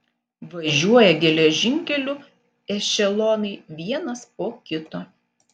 važiuoja geležinkeliu ešelonai vienas po kito